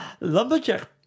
Lumberjack